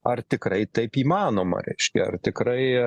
ar tikrai taip įmanoma reiškia ar tikrai